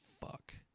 fuck